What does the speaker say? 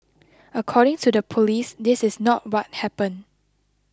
according to the police this is not what happened